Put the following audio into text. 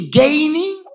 gaining